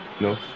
No